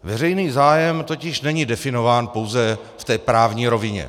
Veřejný zájem totiž není definován pouze v té právní rovině.